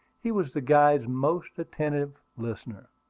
he was the guide's most attentive listener.